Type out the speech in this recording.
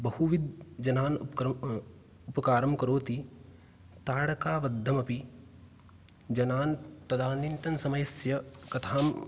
बहुविधजनान् उपकर् उपकारं करोति ताडकावधमपि जनान् तदानीन्तनसमयस्य कथां